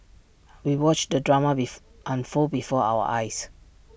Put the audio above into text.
we watched the drama be unfold before our eyes